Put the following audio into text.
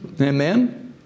Amen